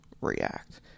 react